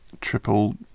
triple